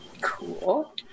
Cool